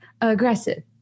aggressive